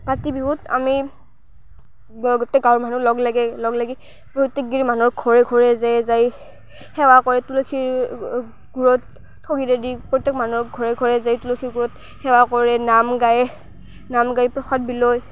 কাতি বিহুত আমি গোটেই গাঁৱৰ মানুহ লগ লাগে লগ লাগি প্ৰত্যেক গিৰি মানুহৰ ঘৰে ঘৰে যায় যায় সেৱা কৰে তুলসীৰ গুৰিত ঠগি দিয়ে দি প্ৰত্যেক মানুহৰ ঘৰে ঘৰে যায় তুলসীৰ গুৰত সেৱা কৰে নাম গায় নাম গাই প্ৰসাদ বিলায়